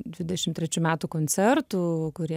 dvidešim trečių metų koncertų kurį